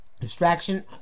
distraction